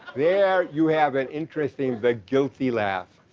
there you have an interesting the guilty laugh,